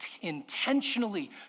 intentionally